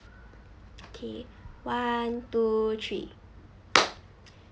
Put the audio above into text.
okay one two three